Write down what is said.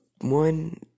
One